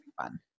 fun